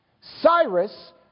Cyrus